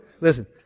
listen